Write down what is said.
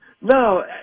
No